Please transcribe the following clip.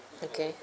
okay